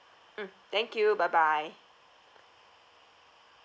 mm thank you bye bye